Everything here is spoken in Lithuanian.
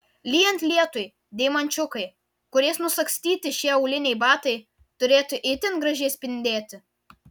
lyjant lietui deimančiukai kuriais nusagstyti šie auliniai batai turėtų itin gražiai spindėti